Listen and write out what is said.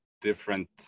different